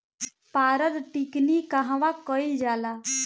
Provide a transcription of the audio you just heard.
पारद टिक्णी कहवा कयील जाला?